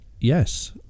yes